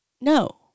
No